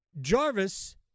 Jarvis